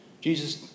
Jesus